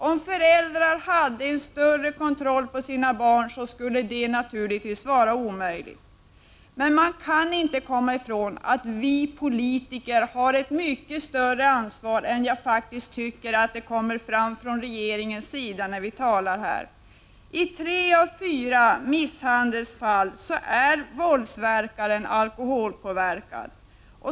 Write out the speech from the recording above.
Om föräldrar hade större kontroll på sina barn, skulle detta naturligtvis vara omöjligt. Men man kan inte komma ifrån att vi politiker har ett mycket större ansvar än som framgår av inlägg från regeringens sida när vi talar här. I tre av fyra misshandelsfall är våldsverkaren alkoholpåverkad.